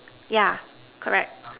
yeah correct